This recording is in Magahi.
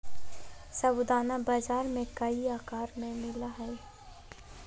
साबूदाना बाजार में कई आकार में मिला हइ